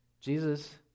Jesus